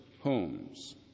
homes